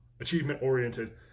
achievement-oriented